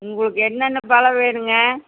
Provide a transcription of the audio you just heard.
உங்களுக்கு என்னென்ன பழம் வேணுங்க